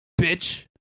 bitch